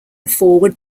forward